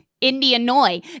Indiana